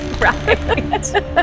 right